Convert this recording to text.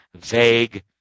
vague